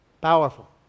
Powerful